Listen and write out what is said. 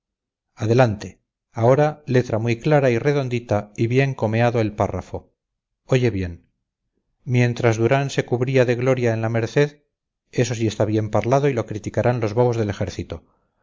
adelante ahora letra muy clara y redondita y bien comeado el párrafo oye bien mientras durán se cubría de gloria en la merced esto sí está bien parlado y no criticarán los bobos del ejército yo me fui con mi gente al puerto del